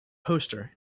poster